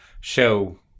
show